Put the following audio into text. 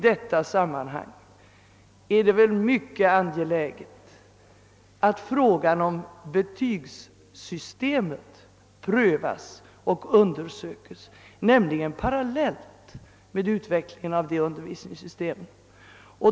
Det är väl mycket angeläget att frågan om betygsättningssystemet prövas parallellt med utvecklingen av nya undervisningssystem.